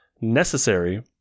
necessary